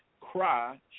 cry